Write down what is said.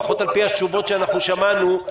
לפחות לפי התשובות שאנחנו שמענו,